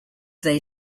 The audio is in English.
they